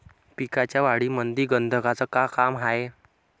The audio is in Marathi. पिकाच्या वाढीमंदी गंधकाचं का काम हाये?